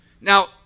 Now